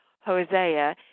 Hosea